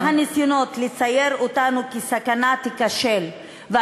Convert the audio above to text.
כל הניסיונות לצייר אותנו כסכנה ייכשלו.